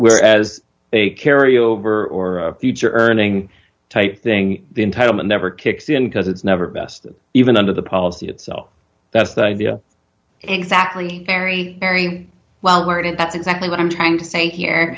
where as they carry over or future earning type thing the entitlement never kicks in because it's never best even under the policy itself that's the idea exactly very very well worded that's exactly what i'm trying to say here